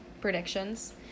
predictions